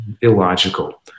illogical